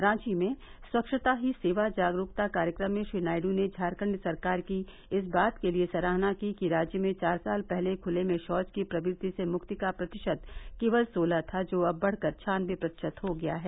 रांची में स्वच्छता ही सेवा जागरूकता कार्यक्रम में श्री नायड् ने झारखंड सरकार की इस बात के लिए सराहना की कि राज्य में चार साल पहले खुले में शौच की प्रवृति से मुक्ति का प्रतिशत केवल सोलह था जो अब बढ़कर छानबे प्रतिशत हो गया है